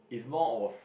is more of